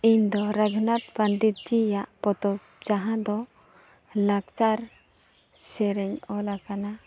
ᱤᱧᱫᱚ ᱨᱟᱜᱷᱩᱱᱟᱛᱷ ᱯᱚᱱᱰᱤᱛᱡᱤᱭᱟᱜ ᱯᱚᱛᱚᱵ ᱡᱟᱦᱟᱸᱫᱚ ᱞᱟᱠᱪᱟᱨ ᱥᱮᱨᱮᱧ ᱚᱞᱟᱠᱟᱱᱟ